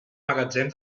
magatzem